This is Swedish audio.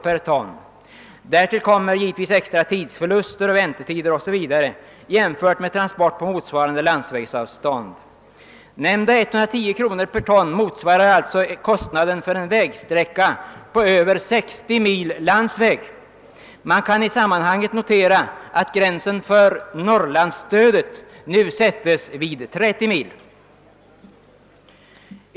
per ton. Därtill kommer givetvis extra tidsförluster, väntetider o.s.v. jämfört med transport på motsvarande landsvägsavstånd. Nämnda 110 kr. per ton motsvarar alltså kostnaden för en vägsträcka på över 60 mil landsväg. Man kan i sammanhanget notera att gränsen för Norrlandsstödet nu sättes vid 30 mil.